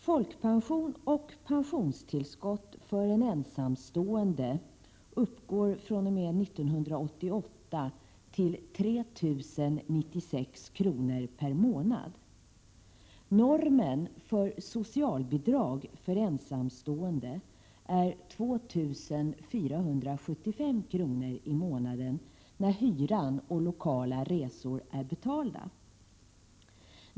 Folkpension och pensionstillskott för en ensamstående uppgår fr.o.m. 1988 till 3 096 kr. per månad. Normen för socialbidrag för ensamstående är 2 475 kr. i månaden, när hyran och lokala resor är betalda.